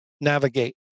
navigate